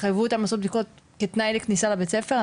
תחייבו אותם לשות בדיקה כתנאי לכניסה לבית הספר,